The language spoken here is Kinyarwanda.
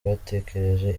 batekereje